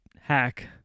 hack